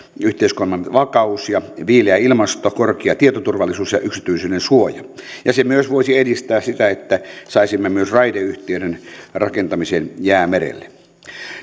yhteiskunnan vakaus ja viileä ilmasto korkea tietoturvallisuus ja yksityisyydensuoja ja se myös voisi edistää sitä että saisimme myös raideyhtiöiden rakentamisen jäämerelle